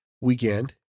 weekend